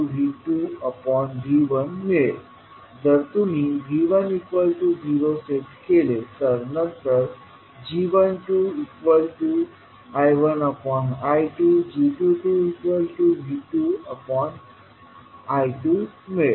जर तुम्ही V10सेट केले तर नंतर g12I1I2 g22V2I2 मिळेल